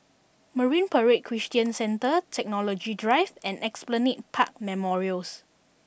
Marine Parade Christian Centre Technology Drive and Esplanade Park Memorials